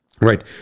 right